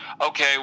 Okay